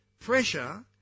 Pressure